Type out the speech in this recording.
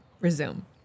Resume